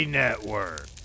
network